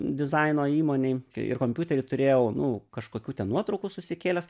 dizaino įmonėj ir kompiutery turėjau nu kažkokių ten nuotraukų susikėlęs